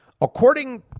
According